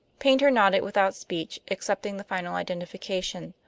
paynter nodded without speech, accepting the final identification.